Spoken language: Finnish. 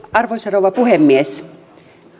arvoisa rouva puhemies